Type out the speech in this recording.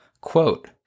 Quote